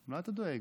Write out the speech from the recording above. מה אתה דואג?